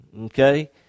Okay